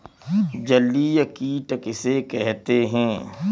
जलीय कीट किसे कहते हैं?